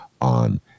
on